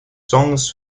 songs